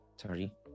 Sorry